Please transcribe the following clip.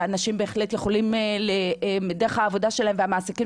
אנשים שבהחלט יכולים דרך העבודה שלהם והמעסיקים